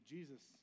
Jesus